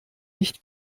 nicht